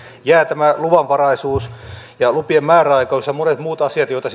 jää tämä luvanvaraisuus ja lupien määräaikaisuus ja monet muut asiat joita